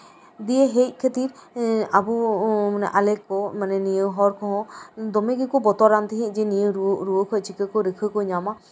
ᱫᱤᱭᱮ ᱦᱮᱡ ᱠᱷᱟᱹᱛᱤᱨ ᱟᱵᱚ ᱢᱟᱱᱮ ᱟᱞᱮ ᱠᱚ ᱦᱚᱯᱲ ᱠᱚᱸᱦᱚ ᱫᱚᱢᱮ ᱜᱮᱠᱚ ᱵᱚᱛᱚᱨᱟᱱ ᱛᱟᱦᱮᱸᱫ ᱡᱮ ᱱᱤᱭᱟᱹ ᱨᱩᱣᱟᱹ ᱠᱷᱚᱱ ᱪᱤᱠᱟᱹ ᱨᱤᱦᱟᱹᱭ ᱠᱚ ᱧᱟᱢᱟ